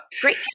Great